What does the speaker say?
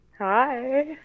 Hi